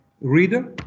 reader